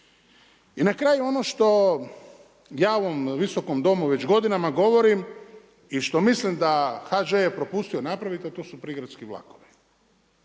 I na kraju ono što ja u ovom visokom domu već godinama govorim i što mislim da je HŽ propustio napraviti, a to su prigradski vlakovi.